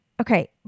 okay